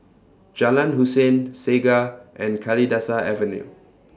Jalan Hussein Segar and Kalidasa Avenue